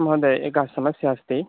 महोदय एका समस्या अस्ति